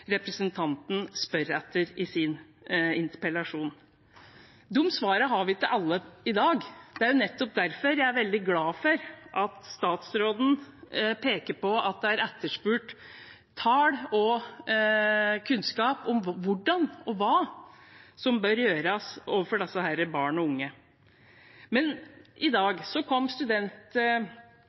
representanten spør etter i sin interpellasjon? Alle de svarene har vi ikke i dag. Det er nettopp derfor jeg er veldig glad for at statsråden peker på at det er etterspurt tall og kunnskap om hvordan og hva som bør gjøres overfor barn og unge. I dag kom